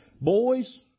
Boys